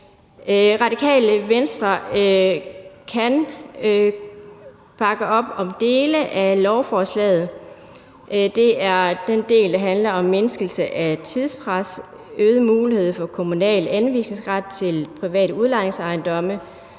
Radikale Venstre kan bakke op om dele af lovforslaget. Det er de dele, der handler om mindskelse af tidspres, øget mulighed for kommunal anvisningsret til private udlejningsejendomme